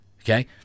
okay